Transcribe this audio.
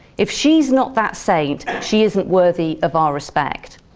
if she is not that saint, she isn't worthy of our respect.